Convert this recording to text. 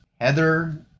Heather